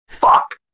Fuck